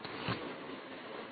மாணவர் ஆனால் அது 7 m